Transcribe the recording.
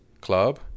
Club